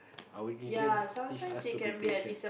our religion ah teach us to be patient